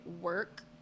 work